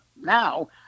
now